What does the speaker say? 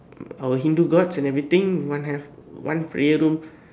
our Hindu gods and everything one have one prayer room